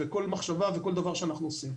כל מחשבה וכל דבר שאנחנו עושים.